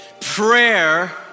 Prayer